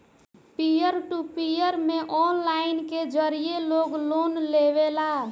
पियर to peer में online के जरिए लोग लोन लेवेला